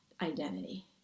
identity